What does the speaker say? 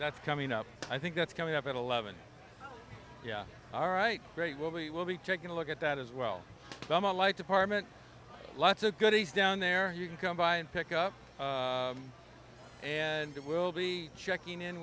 that's coming up i think that's coming up at eleven yeah all right great we'll be we'll be taking a look at that as well from a light department lots of goodies down there you can come by and pick up and we'll be checking in